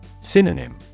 Synonym